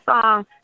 song